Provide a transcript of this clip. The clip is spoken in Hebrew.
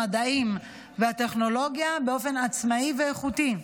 המדעים והטכנולוגיה באופן עצמאי ואיכותי.